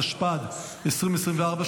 התשפ"ד 2024,